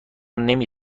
نمی